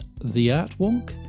theartwonk